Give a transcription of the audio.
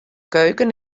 keuken